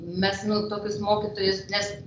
mes nu tokius mokytojus nes